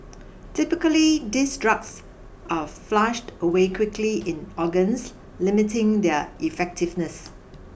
typically these drugs are flushed away quickly in organs limiting their effectiveness